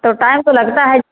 तो टाइम तो लगता है